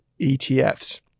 ETFs